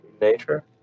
Nature